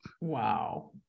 Wow